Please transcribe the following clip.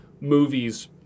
movies